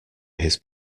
his